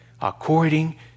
according